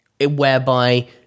Whereby